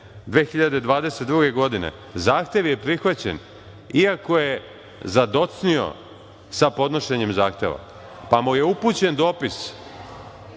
2022. godine, zahtev je prihvaćen, iako je zadocnio sa podnošenjem zahteva, pa mu je upućen dopis